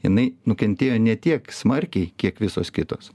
jinai nukentėjo ne tiek smarkiai kiek visos kitos